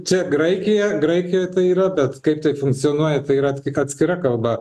čia graikija graikijoj tai yra bet kaip tai funkcionuoja tai yra tik atskira kalba